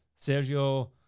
Sergio